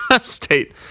state